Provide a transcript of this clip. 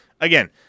Again